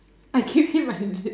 I give him my leads